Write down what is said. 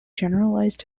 generalized